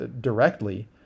directly